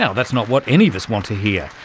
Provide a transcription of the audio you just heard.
yeah that's not what any of us wants to hear.